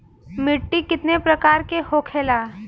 मिट्टी कितने प्रकार के होखेला?